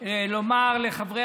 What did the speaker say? לומר לחברי